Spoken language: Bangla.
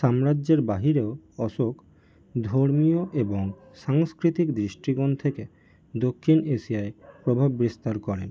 সাম্রাজ্যের বাইরেও অশোক ধর্মীয় এবং সাংস্কৃতিক দৃষ্টিকোণ থেকে দক্ষিণ এশিয়ায় প্রভাব বিস্তার করেন